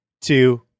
two